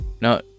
No